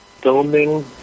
filming